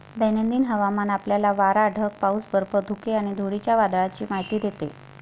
दैनंदिन हवामान आपल्याला वारा, ढग, पाऊस, बर्फ, धुके आणि धुळीच्या वादळाची माहिती देते